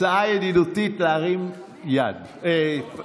הצעה ידידותית, להרים מבט.